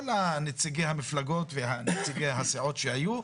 כל נציגי המפלגות ונציגי הסיעות שהיו,